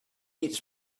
eats